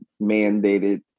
mandated